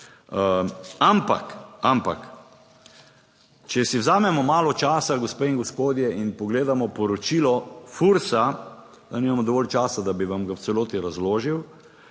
ampak če si vzamemo malo časa, gospe in gospodje, in pogledamo poročilo FURSA, zdaj nimamo dovolj časa, da bi vam ga v celoti razložil,